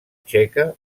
txeca